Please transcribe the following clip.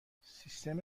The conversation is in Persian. سیستم